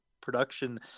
production